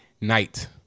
night